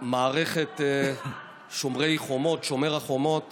במערכת שומר החומות